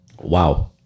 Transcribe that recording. Wow